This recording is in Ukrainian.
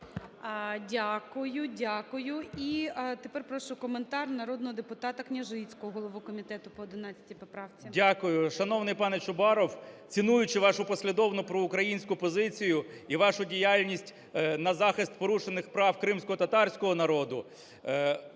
Дякую. Дякую. І тепер прошу коментар народного депутатаКняжицького, голову комітету, по 11 поправці. 13:06:02 КНЯЖИЦЬКИЙ М.Л. Дякую. Шановний панеЧубаров, цінуючи вашу послідовну проукраїнську позицію і вашу діяльність на захист порушених прав кримськотатарського народу,